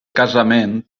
casament